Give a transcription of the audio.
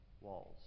walls